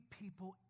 people